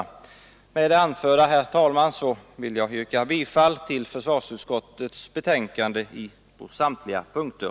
Med det anförda, herr talman, vill jag yrka bifall till försvarsutskottets betänkande på samtliga punkter.